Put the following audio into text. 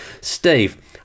Steve